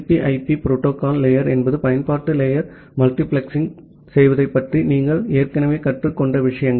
B IP protocol layer என்பது பயன்பாட்டு layer multiplexing செய்வதைப் பற்றி நீங்கள் ஏற்கனவே கற்றுக்கொண்ட விஷயங்கள்